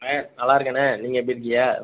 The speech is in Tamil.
அண்ணா நல்லா இருக்கேண்ணா நீங்கள் எப்படி இருக்கீங்க